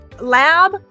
lab